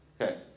Okay